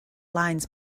lines